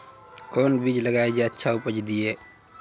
कोंन बीज लगैय जे अच्छा उपज दिये?